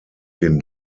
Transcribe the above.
den